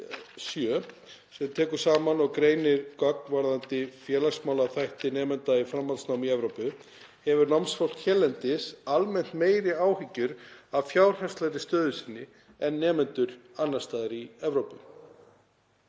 sem tekur saman og greinir gögn varðandi félagsmálaþætti nemenda í framhaldsnámi í Evrópu, hefur námsfólk hérlendis almennt meiri áhyggjur af fjárhagslegri stöðu sinni en nemendur annars staðar í Evrópu.